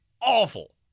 awful